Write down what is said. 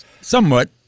Somewhat